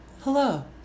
hello